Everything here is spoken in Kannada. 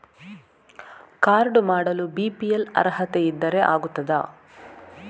ಕಾರ್ಡು ಮಾಡಲು ಬಿ.ಪಿ.ಎಲ್ ಅರ್ಹತೆ ಇದ್ದರೆ ಆಗುತ್ತದ?